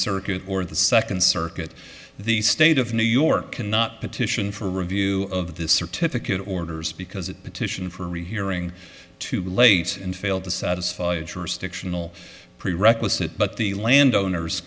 circuit or the second circuit the state of new york cannot petition for review of this certificate orders because it petition for a rehearing to be late and failed to satisfy jurisdictional prerequisite but the landowners